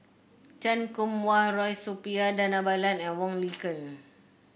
Chan Kum Wah Roy Suppiah Dhanabalan and Wong Lin Ken